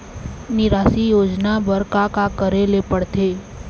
निराश्री योजना बर का का करे ले पड़ते?